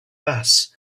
mass